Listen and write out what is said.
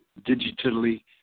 Digitally